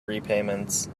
repayments